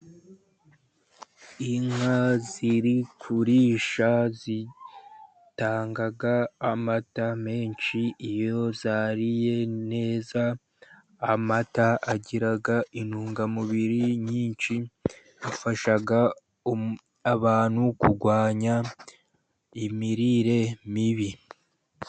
Inka ziri kurisha zitanga amata menshi iyo zariye neza, amata agira intungamubiri nyinshi, afasha abantu kurwanya imirire mibi.